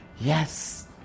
yes